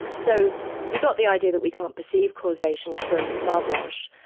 so he got the idea that we can't perceive causation from malebranche.